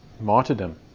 martyrdom